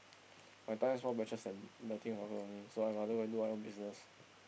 my time is more precious than betting only so I rather go do my own business